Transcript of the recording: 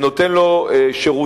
שנותן לו שירותים,